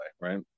Right